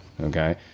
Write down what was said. Okay